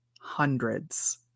hundreds